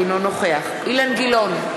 אינו נוכח אילן גילאון,